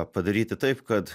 padaryti taip kad